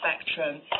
spectrum